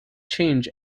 change